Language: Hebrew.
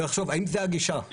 ולחשוב: האם זאת הגישה?